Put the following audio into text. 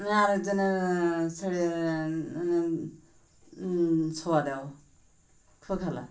মানে আরেকজনের ছেড়ে ম সোয়া দেওয়ো খুব খাল